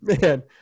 man